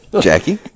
Jackie